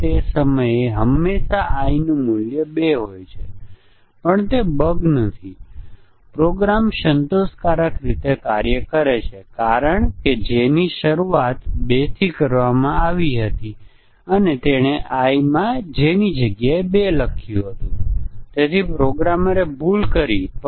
આ તમામ વિવિધ પ્રકારના મ્યુટેશન ઓપરેટરો હાથ ધરવામાં આવે છે જે મોટી સંખ્યામાં મ્યુટન્ટ ઉત્પન્ન કરે છે